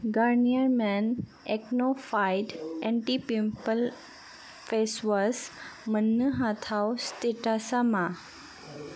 Garnier men acno fight anti pimple face wash मोन्नो हाथाव स्टेटासा मा